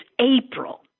April